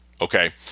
okay